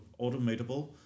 automatable